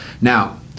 Now